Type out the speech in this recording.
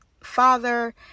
father